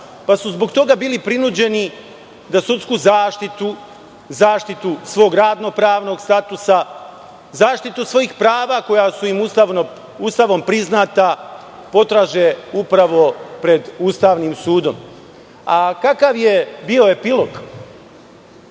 pa su zbog toga bili prinuđeni da sudsku zaštitu, zaštitu svog radno-pravnog statusa, zaštitu svog prava koja su im Ustavom priznata, potraže upravo pred Ustavnim sudom. Kakav je bio epilog?